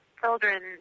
children